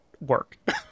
work